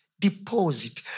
Deposit